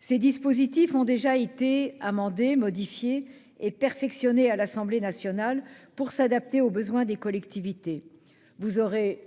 Ces dispositifs ont été amendés, modifiés et perfectionnés à l'Assemblée nationale pour être adaptés aux besoins des collectivités. Vous aurez